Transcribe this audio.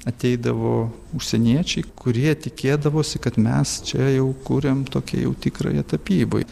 ateidavo užsieniečiai kurie tikėdavosi kad mes čia jau kuriam tokia jau tikrąją tapybą